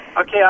Okay